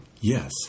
Yes